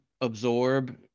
absorb